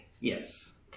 Yes